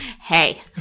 Hey